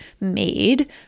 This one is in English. made